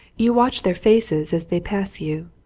you watch their faces as they pass you.